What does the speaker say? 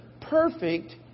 perfect